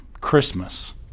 Christmas